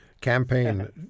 campaign